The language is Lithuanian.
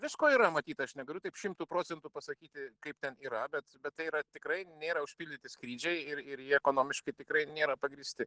visko yra matyt aš negaliu taip šimtu procentų pasakyti kaip ten yra bet bet tai yra tikrai nėra užpildyti skrydžiai ir ir jie ekonomiškai tikrai nėra pagrįsti